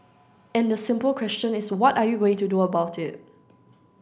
and the simple question is what are you going to do about it